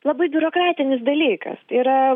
labai biurokratinis dalykas tai yra